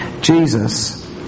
Jesus